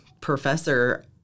professor